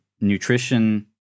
nutrition